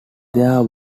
there